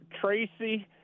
Tracy